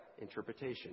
interpretation